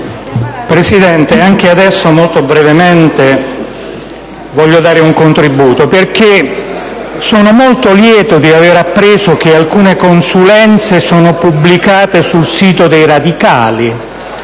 Presidente, anche adesso, seppur molto brevemente, voglio dare il mio contributo, perché sono molto lieto di aver appreso che alcune consulenze sono state pubblicate sul sito dei radicali.